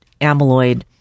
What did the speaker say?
amyloid